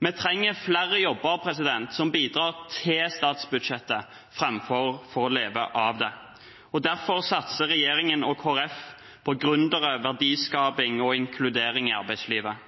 Vi trenger flere jobber som bidrar til statsbudsjettet framfor til å leve av det, derfor satser regjeringen og Kristelig Folkeparti på gründere, verdiskaping og inkludering i arbeidslivet.